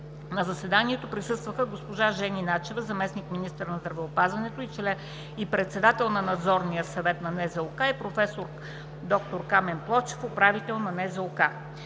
На заседанието присъстваха: госпожа Жени Начева – заместник-министър на здравеопазването и председател на Надзорния съвет на НЗОК, и проф. д-р Камен Плочев – управител на НЗОК.